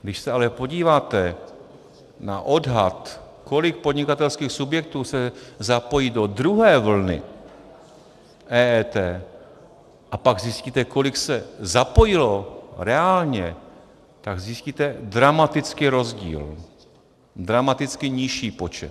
Když se ale podíváte na odhad, kolik podnikatelských subjektů se zapojí do druhé vlny EET, a pak zjistíte, kolik se zapojilo reálně, tak zjistíte dramatický rozdíl, dramaticky nižší počet.